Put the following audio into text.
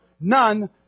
none